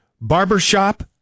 barbershop